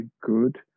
good